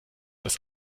das